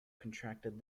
contracted